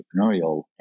entrepreneurial